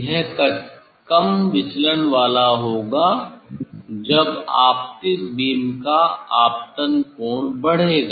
यह कम विचलन वाला होगा जब आपतित बीम का आपतन कोण बढ़ेगा